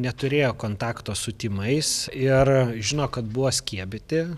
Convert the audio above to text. neturėjo kontakto su tymais ir žino kad buvo skiepyti